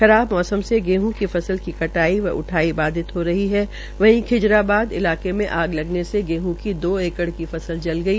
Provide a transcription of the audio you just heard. खराब मौसम से गेहं की फसल की कटाई व उठाई बाधित हो रही है वहीं खिजराबाद इलाके में आग लगने से गेहं की दो एकड़ की फसल जल गई